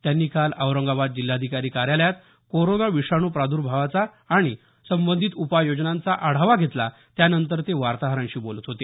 त्यांनी काल औरंगाबाद जिल्हाधिकारी कार्यालयात कोरोना विषाणू प्रादर्भावाचा आणि उपाययोजनांचा आढावा घेतला त्यानंतर ते वार्ताहरांशी बोलत होते